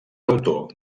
autor